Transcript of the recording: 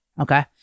Okay